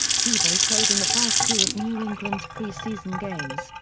tebow played in the first two of new england's preseason games,